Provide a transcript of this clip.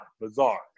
bizarre